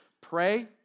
Pray